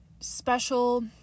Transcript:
special